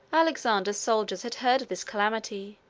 alexander's soldiers had heard of this calamity,